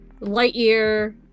Lightyear